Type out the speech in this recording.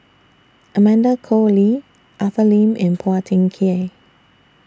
Amanda Koe Lee Arthur Lim and Phua Thin Kiay